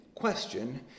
question